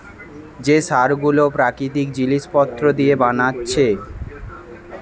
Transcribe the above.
যে সার গুলো প্রাকৃতিক জিলিস পত্র দিয়ে বানাচ্ছে